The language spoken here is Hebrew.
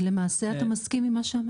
אז למעשה אתה מסכים עם מה שאמרתי.